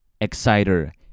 Exciter